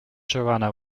joanna